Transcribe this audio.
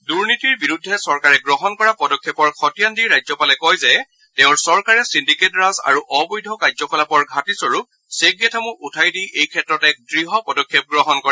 দূৰ্নীতিৰ বিৰুদ্ধে চৰকাৰে গ্ৰহণ কৰা পদক্ষেপৰ খতিয়ান দি ৰাজ্যপালে কয় যে তেওঁৰ চৰকাৰে চিণ্ডিকেটৰাজ আৰু অবৈধ কাৰ্যকলাপৰ ঘাটিস্বৰূপ চেকগেটসমূহ উঠাই দি এই ক্ষেত্ৰত এক দৃঢ় পদক্ষেপ গ্ৰহণ কৰে